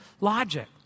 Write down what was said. logic